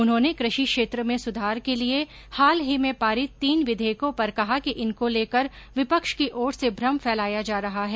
उन्होंने कृषि क्षेत्र में सुधार के लिये हाल ही में पारित तीन विधेयकों पर कहा कि इनको लेकर विपक्ष की ओर से भ्रम फैलाया जा रहा है